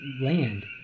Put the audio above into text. land